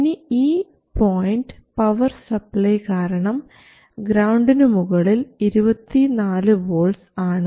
ഇനി ഈ point power supply കാരണം ഗ്രൌണ്ടിനു മുകളിൽ 24 വോൾട്ട്സ് ആണ്